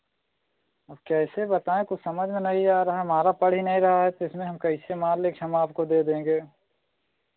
अब कैसे बताएँ कुछ समझ में नहीं आ रहा है हमारा पड़ ही नहीं रहा है तो इसमें हम कैसे मान लें कि हम आपको दे देंगे